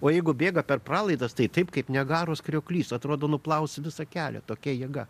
o jeigu bėga per pralaidas tai taip kaip niagaros krioklys atrodo nuplaus visą kelią tokia jėga